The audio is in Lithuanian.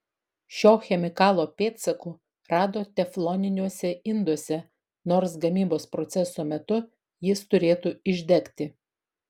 šio chemikalo pėdsakų rado tefloniniuose induose nors gamybos proceso metu jis turėtų išdegti